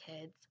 kids